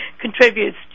contributes